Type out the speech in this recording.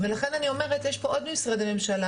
לכן אני אומרת: יש פה עוד משרדי ממשלה,